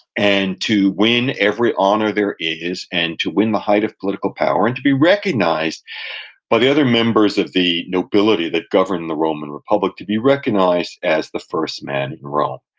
and to win every honor there is, and to win the height of political power, and to be recognized by the other members of the nobility that govern the roman republic, to be recognized as the first man in rome.